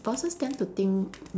bosses tend to think